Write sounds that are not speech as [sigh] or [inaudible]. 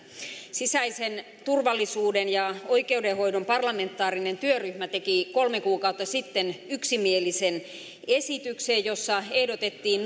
sisäisen turvallisuuden ja oikeudenhoidon parlamentaarinen työryhmä teki kolme kuukautta sitten yksimielisen esityksen jossa ehdotettiin [unintelligible]